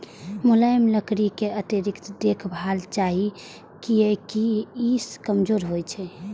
मुलायम लकड़ी कें अतिरिक्त देखभाल चाही, कियैकि ई कमजोर होइ छै